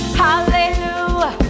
hallelujah